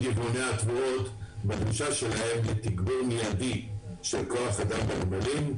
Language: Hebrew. יבואני התבואות ובדרישה שלהם לתגבור מיידי של כוח אדם בנמלים,